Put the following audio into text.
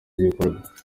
gikorwa